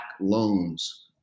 loans